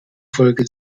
folge